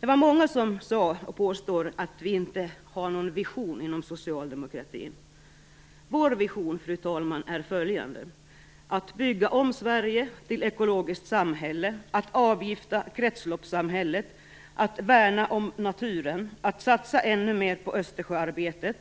Det är många som påstår att vi inom socialdemokratin inte har någon vision. Vår vision, fru talman, är att bygga om Sverige till ett ekologiskt samhälle, att avgifta kretsloppssamhället, att värna om naturen, att satsa ännu mer på Östersjösamarbetet,